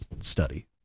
study